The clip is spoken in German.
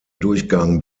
durchgang